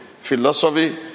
Philosophy